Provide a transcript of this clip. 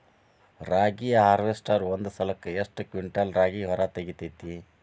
ರಾಗಿಯ ಹಾರ್ವೇಸ್ಟರ್ ಒಂದ್ ಸಲಕ್ಕ ಎಷ್ಟ್ ಕ್ವಿಂಟಾಲ್ ರಾಗಿ ಹೊರ ತೆಗಿತೈತಿ?